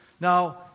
Now